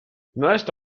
neueste